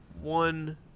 one